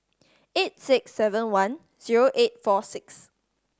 eight six seven one zero eight four six